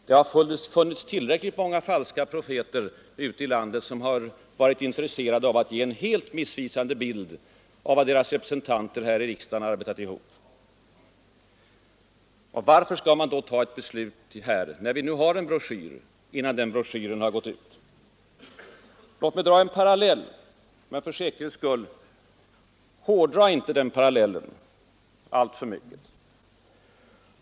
Det har funnits många falska profeter ute i landet som har varit intresserade av att ge en missvisande bild av vad deras representanter här i riksdagen arbetat ihop. Varför skall man då fatta ett beslut innan broschyren har gått ut? Låt mig dra en parallell! Men — för säkerhets skull — hårdra inte den parallellen alltför mycket!